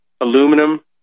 aluminum